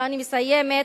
ואני מסיימת,